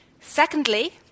Secondly